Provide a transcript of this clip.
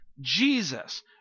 Jesus